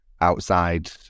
outside